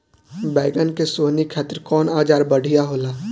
बैगन के सोहनी खातिर कौन औजार बढ़िया होला?